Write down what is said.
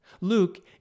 Luke